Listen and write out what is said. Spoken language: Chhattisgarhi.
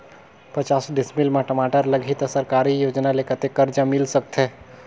पचास डिसमिल मा टमाटर लगही त सरकारी योजना ले कतेक कर्जा मिल सकथे?